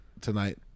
tonight